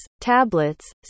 tablets